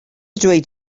dweud